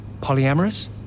Polyamorous